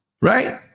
right